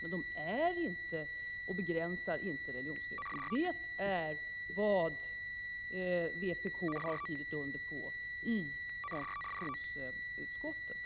men de avser ju inte att begränsa religionsfriheten. Detta har vpk skrivit under på i konstitutionsutskottet.